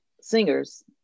singers